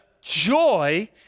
joy